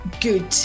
good